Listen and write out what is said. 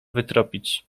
wytropić